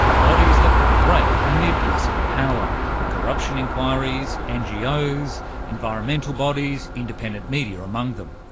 bodies that put a break on the abuse of power corruption inquiries, ngos, environmental bodies, independent media, among them.